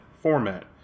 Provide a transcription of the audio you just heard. format